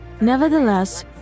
Nevertheless